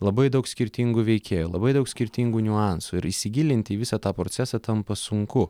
labai daug skirtingų veikėjų labai daug skirtingų niuansų ir įsigilinti į visą tą procesą tampa sunku